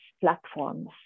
platforms